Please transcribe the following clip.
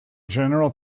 general